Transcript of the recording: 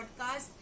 podcast